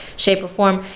shape or form,